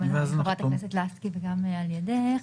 גם על ידי חברת הכנסת לסקי וגם על ידך.